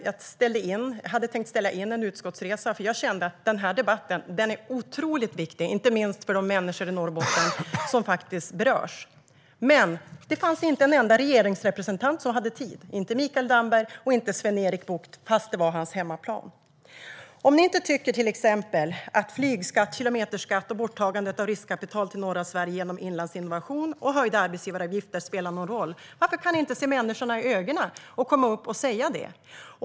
Jag hade tänkt ställa in en utskottsresa eftersom jag kände att den debatten är otroligt viktig, inte minst för de människor i Norrbotten som faktiskt berörs. Men inte en enda regeringsrepresentant hade tid, inte Mikael Damberg och inte Sven-Erik Bucht, trots att det är hans hemmaplan. Om ni inte tycker att flygskatt, kilometerskatt och borttagandet av riskkapital till norra Sverige genom Inlandsinnovation och höjda arbetsgivaravgifter spelar någon roll, Mikael Damberg, varför kan ni inte se människorna i ögonen och komma upp och säga det?